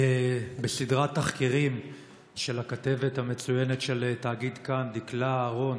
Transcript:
בסדרת תחקירים של הכתבת המצוינת של תאגיד "כאן" דקלה אהרון,